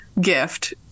gift